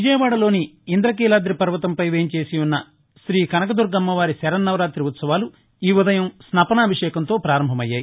విజయవాడ లోని ఇంద్రకీలాధి పర్వతంపై వేంచేసియున్న శీ కనకదుర్గమ్మవారి శరన్నవరాతి ఉ త్సవాలు ఈ ఉదయం స్నపనాభిషేకంతో పారంభమయ్యాయి